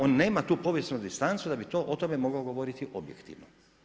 On nema tu povijesnu distancu da bi o tome mogao govoriti objektivno.